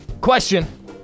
Question